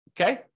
okay